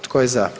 Tko je za?